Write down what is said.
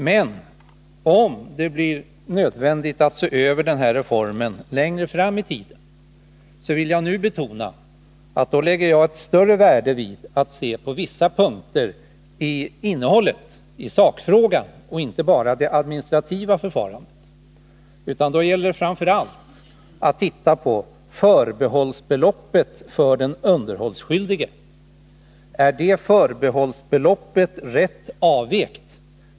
Men om det blir nödvändigt att se över den här reformen längre fram vill jag nu betona att jag lägger större vikt vid översynen av vissa punkter i innehållet, i sakfrågan, än av det administrativa förfarandet, Då gäller det framför allt att titta på förbehållsbeloppet för den underhållsskyldige. Är det förbehållsbeloppet rätt avvägt?